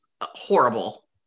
horrible